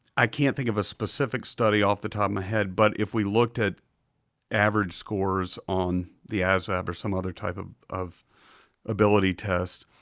i can't think of a specific study off the top of my head, but if we looked at average scores on the asvab or some other type of of ability test,